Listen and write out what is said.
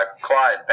Clyde